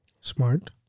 Smart